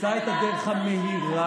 נמצא את הדרך המהירה.